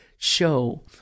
show